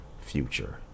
future